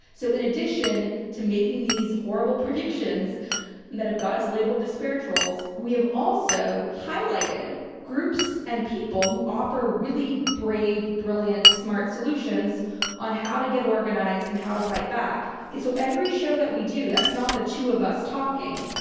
so, in addition to making these horrible predictions that have got us labeled despair trolls, we have also highlighted groups and people who offer really brave, brilliant, smart solutions on how to get organized and how to fight back. so, every show that we do that's not the two of us talking,